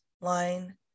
line